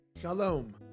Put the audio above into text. Shalom